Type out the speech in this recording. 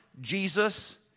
Jesus